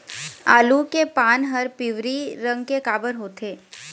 आलू के पान हर पिवरी रंग के काबर होथे?